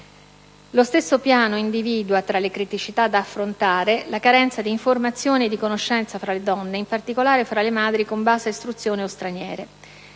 Lo stesso piano individua, tra le criticità da affrontare, la carenza di informazioni e di conoscenze fra le donne, e, in particolare, fra le madri con bassa istruzione o straniere.